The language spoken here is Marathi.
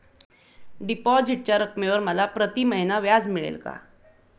डिपॉझिटच्या रकमेवर मला प्रतिमहिना व्याज मिळेल का?